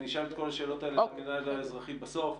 נשאל את כל השאלות האלה את המינהל האזרחי בסוף.